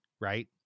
right